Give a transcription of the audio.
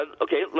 okay